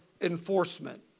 enforcement